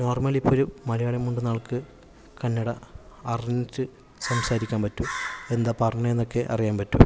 normally ഇപ്പോഴും മലയാളം മിണ്ടുന്ന ആൾക്ക് കന്നട അറിഞ്ഞിട്ട് സംസാരിക്കാൻ പറ്റും എന്താ പറഞ്ഞതെന്നെക്കെ അറിയാൻ പറ്റും